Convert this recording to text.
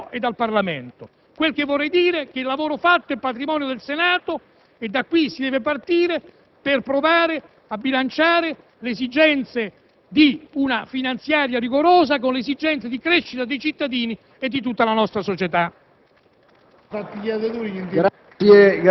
e ciò che sarà deciso dal Governo e dal Parlamento; quel che vorrei dire è che il lavoro fatto è patrimonio del Senato e da qui si deve partire per provare a bilanciare le esigenze di una finanziaria rigorosa con le esigenze di crescita dei cittadini e di tutta la nostra società.